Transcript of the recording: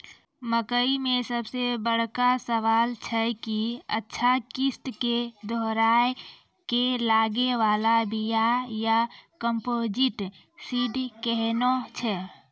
मकई मे सबसे बड़का सवाल छैय कि अच्छा किस्म के दोहराय के लागे वाला बिया या कम्पोजिट सीड कैहनो छैय?